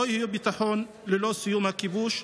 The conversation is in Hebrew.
לא יהיה ביטחון ללא סיום הכיבוש.